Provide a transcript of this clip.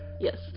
yes